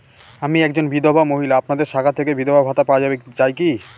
আমি একজন বিধবা মহিলা আপনাদের শাখা থেকে বিধবা ভাতা পাওয়া যায় কি?